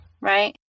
right